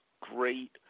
great